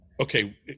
okay